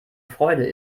freude